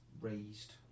raised